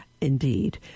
indeed